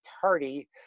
party